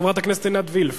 חברת הכנסת עינת וילף